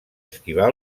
esquivar